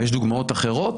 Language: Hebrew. ויש דוגמאות אחרות,